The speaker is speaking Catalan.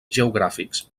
geogràfics